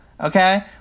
Okay